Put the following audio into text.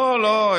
לא, לא.